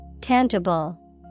Tangible